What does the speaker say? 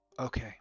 Okay